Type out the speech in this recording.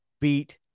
beat –